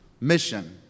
mission